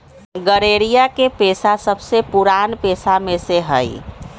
गरेड़िया के पेशा सबसे पुरान पेशा में से हई